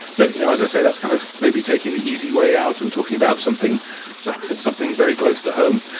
but you know as i said, that's kind of maybe taking the easy way out and talking about something so something very close to home.